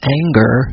anger